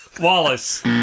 Wallace